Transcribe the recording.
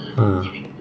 (uh huh)